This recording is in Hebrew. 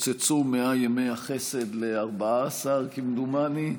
קוצצו 100 ימי החסד ל-14, כמדומני,